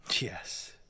Yes